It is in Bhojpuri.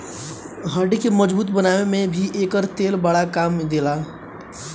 हड्डी के मजबूत बनावे में भी एकर तेल बड़ा काम देला